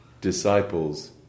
disciples